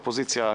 אופוזיציה,